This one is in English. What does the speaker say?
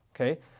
Okay